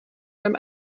beim